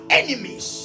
enemies